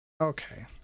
Okay